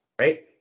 Right